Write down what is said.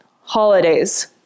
holidays